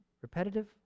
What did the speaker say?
repetitive